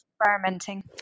experimenting